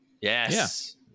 Yes